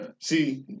See